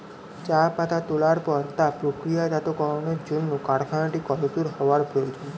চা পাতা তোলার পরে তা প্রক্রিয়াজাতকরণের জন্য কারখানাটি কত দূর হওয়ার প্রয়োজন?